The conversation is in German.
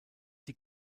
die